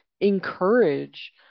encourage